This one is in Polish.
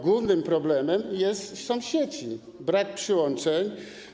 Głównym problemem są sieci, brak przyłączeń.